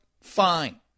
fine